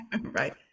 Right